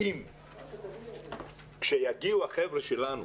שכשהחבר'ה שלנו